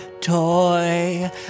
toy